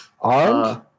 Armed